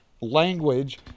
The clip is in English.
language